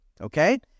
okay